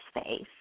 space